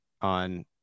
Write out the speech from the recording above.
on